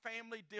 family